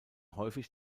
häufig